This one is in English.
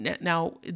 now